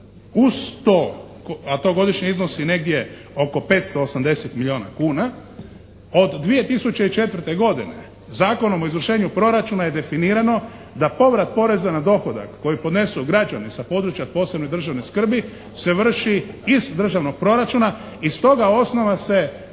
uz to a to godišnje iznosi negdje oko 580 milijuna kuna. Od 2004. godine Zakonom o izvršenju proračuna je definirano da povrat poreza na dohodak koji podnesu građani sa područja posebne državne skrbi se vrši iz državnog proračuna i s toga osnova se